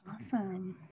Awesome